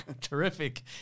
Terrific